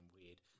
weird